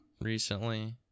recently